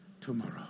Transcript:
tomorrow